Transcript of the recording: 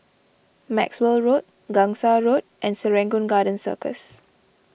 Maxwell Road Gangsa Road and Serangoon Garden Circus